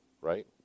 Right